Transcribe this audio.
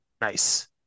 Nice